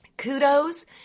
Kudos